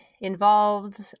involved